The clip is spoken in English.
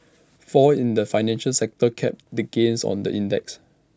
falls in the financial sector capped the gains on the index